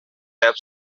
app